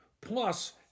Plus